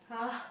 !huh!